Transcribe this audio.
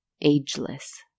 ageless